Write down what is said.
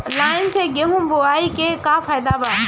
Line से गेहूं बोआई के का फायदा बा?